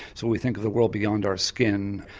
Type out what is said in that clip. so we think of the world beyond our skin,